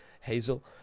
Hazel